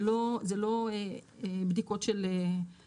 זה לא בדיקות של רגע.